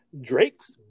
Drake's